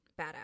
badass